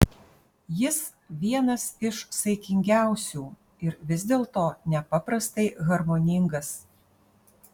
jis vienas iš saikingiausių ir vis dėlto nepaprastai harmoningas